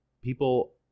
people